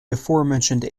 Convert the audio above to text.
aforementioned